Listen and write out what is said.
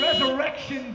Resurrection